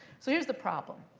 so here's the problem.